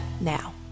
now